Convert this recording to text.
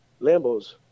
lambos